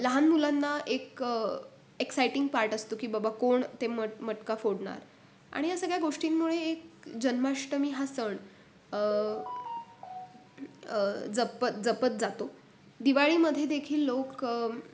लहान मुलांना एक एक्सायटिंग पार्ट असतो की बाबा कोण ते मट मटका फोडणार आणि या सगळ्या गोष्टींमुळे एक जन्माष्टमी हा सण जपत जपत जातो दिवाळीमध्ये देखील लोक